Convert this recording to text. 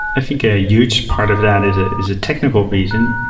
i think a huge part of that is ah is a technical reason.